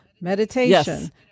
meditation